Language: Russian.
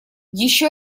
еще